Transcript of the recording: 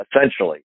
essentially